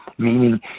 meaning